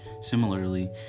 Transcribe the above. Similarly